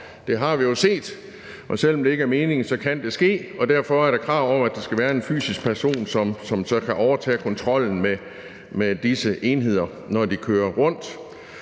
Det har vi jo set, og selv om det ikke er meningen, så kan det ske, og derfor er der krav om, at der skal være en fysisk person, som så kan overtage kontrollen med disse enheder, når de kører rundt.